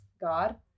God